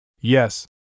Yes